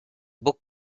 book